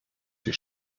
sie